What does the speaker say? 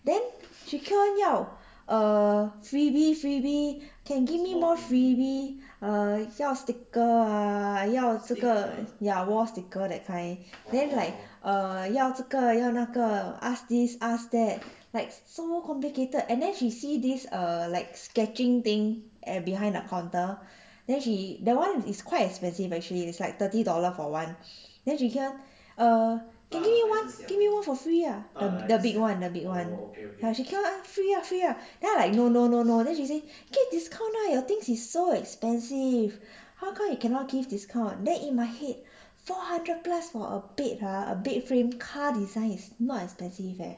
then she keep on 要 err freebie freebie can give me more freebie err 要 sticker ah 要这个 ya wall sticker that kind then like err 要这个要那个 ask this ask that like so complicated and then she see these uh like sketching thing at behind the counter then she that one is quite expensive actually it's like thirty dollar for one then she keep on err can give me one give me one for free ah the big one the big one ya she keep on ask free ah free ah then I'm like no no no no then she say give discount leh your things is so expensive how come you cannot give discount then in my head four hundred plus for bed hor a bed frame car design is not expensive leh